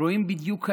רואים בדיוק ההפך.